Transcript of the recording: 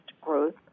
growth